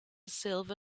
silver